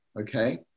Okay